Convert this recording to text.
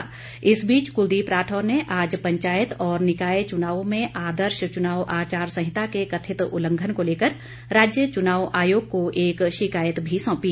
इस बीच प्रदेश कांग्रेस अध्यक्ष कुलदीप सिंह राठौर ने आज पंचायत और निकाय चुनावों में आदर्श चुनाव आचार संहिता के कथित उल्लंघन को लेकर राज्य चुनाव आयोग को एक शिकायत भी सौंपी